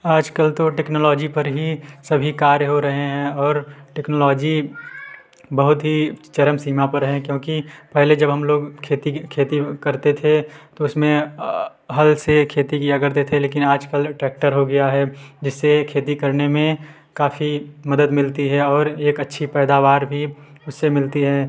आज कल तो टेक्नोलॉजी पर ही सभी कार्य हो रहे हैं और टेक्नोलॉजी बहुत ही चरम सीमा पर हैं क्योंकि पहले जब हम लोग खेती की खेती करते थे तो उसमें हल से खेती किया करते थे लेकिन आज कल ट्रैक्टर हो गया है जिससे खेती करने में काफ़ी मदद मिलती है और एक अच्छी पैदावार भी उससे मिलती है